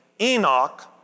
Enoch